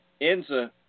Enza